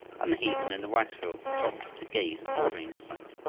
and the heathen in the rice-fields stopped to gaze at the strange sight,